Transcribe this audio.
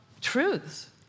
truths